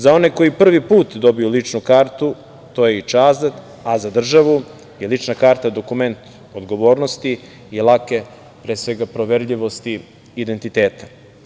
Za one koji prvi put dobiju ličnu kartu to je i čast, a za državu je lična karta dokument odgovornosti i lake pre svega proverljivosti identiteta.